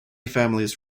families